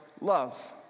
love